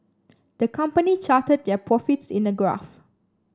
the company charted their profits in a graph